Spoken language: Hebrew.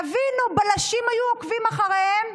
תבינו, בלשים היו עוקבים אחריהן,